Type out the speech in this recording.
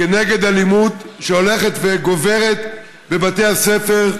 לאלימות שהולכת וגוברת בבתי הספר,